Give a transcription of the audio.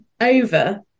over